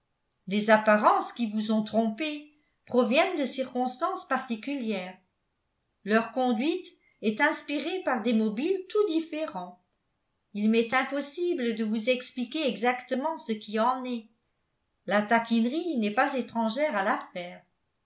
les apparences qui vous ont trompées proviennent de circonstance particulières leur conduite est inspirée par des mobiles tout différents il m'est impossible de vous expliquer exactement ce qui en est la taquinerie n'est pas étrangère à l'affaire